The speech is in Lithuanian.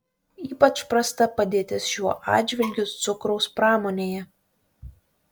ypač prasta padėtis šiuo atžvilgiu cukraus pramonėje